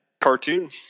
Cartoon